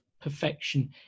perfection